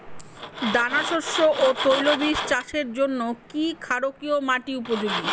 দানাশস্য ও তৈলবীজ চাষের জন্য কি ক্ষারকীয় মাটি উপযোগী?